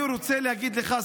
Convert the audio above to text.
אני רוצה להגיד לך,